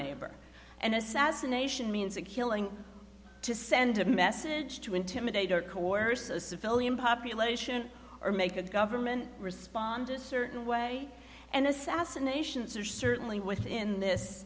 neighbor an assassination means a killing to send a message to intimidate or coerce a civilian population or make a government responded a certain way and assassinations are certainly within this